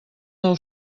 nou